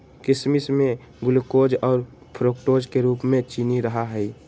किशमिश में ग्लूकोज और फ्रुक्टोज के रूप में चीनी रहा हई